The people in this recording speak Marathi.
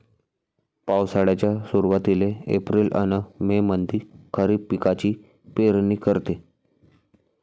पावसाळ्याच्या सुरुवातीले एप्रिल अन मे मंधी खरीप पिकाची पेरनी करते